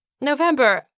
November